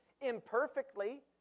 imperfectly